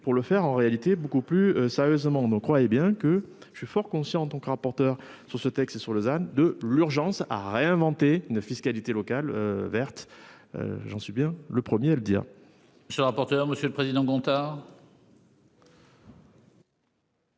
pour le faire en réalité beaucoup plus sérieusement me croyez bien que je suis fort consciente donc rapporteur sur ce texte sur Lausanne de l'urgence à réinventer une fiscalité locale verte. J'en suis bien le 1er à le dire. Monsieur le rapporteur. Monsieur le président Gontard.